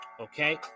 okay